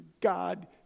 God